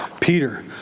Peter